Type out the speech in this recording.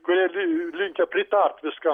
kurie li linkę pritart viskam